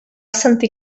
sentir